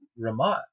Ramat